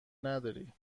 نداری